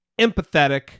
empathetic